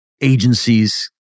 agencies